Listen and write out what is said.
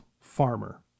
farmer